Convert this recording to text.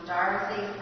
Dorothy